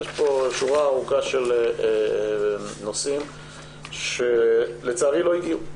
יש פה שורה ארוכה של נושאים שלצערי לא הגיעו.